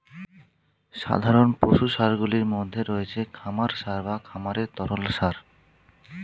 সাধারণ পশু সারগুলির মধ্যে রয়েছে খামার সার বা খামারের তরল সার